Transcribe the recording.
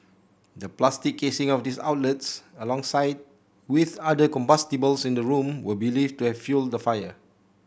the plastic casing of these outlets alongside with other combustibles in the room were believed to have fuelled the fire